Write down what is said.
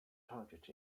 target